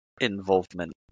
involvement